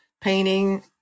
painting